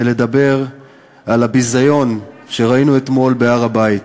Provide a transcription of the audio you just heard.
לדבר על הביזיון שראינו אתמול בהר-הבית.